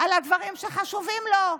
על הדברים שחשובים לו,